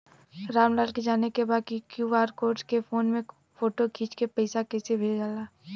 राम लाल के जाने के बा की क्यू.आर कोड के फोन में फोटो खींच के पैसा कैसे भेजे जाला?